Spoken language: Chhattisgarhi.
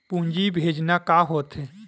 पूंजी भेजना का होथे?